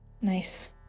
Nice